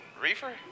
Reefer